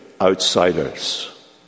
outsiders